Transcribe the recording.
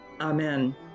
Amen